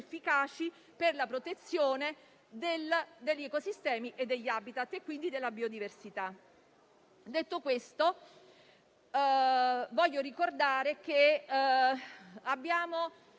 efficaci per la protezione degli ecosistemi e degli *habitat* e, quindi, della biodiversità. Voglio ricordare che dobbiamo